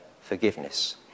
forgiveness